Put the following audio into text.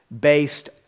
based